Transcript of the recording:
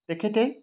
তেখেতে